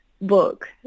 book